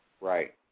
Right